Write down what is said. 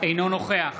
אינו נוכח